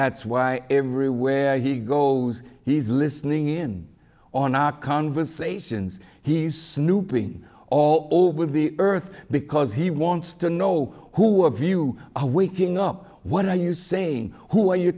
that's why everywhere he goes he's listening in on our conversations he's snooping all over the earth because he wants to know who of you a waking up what are you saying who are you